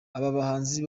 abahanzi